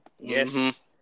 Yes